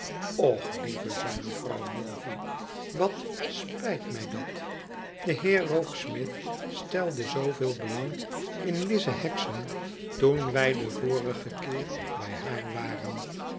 och lieve i zei mevrouw milvey wat spijt mij dat de heer rokesmith stelde zooveel belang in lize hexam toen wij den vorigen keer bij haar waren